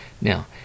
Now